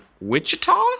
Wichita